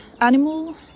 Animal